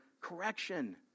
correction